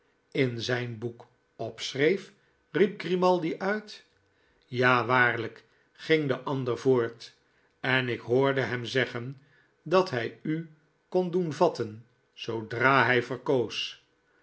in zijn boek opschreef riep grimaldi uit ja waarlijk ging de ander voort en ik hoorde hem zeggen dat hij u kon doen vatten zoodra hij verkoos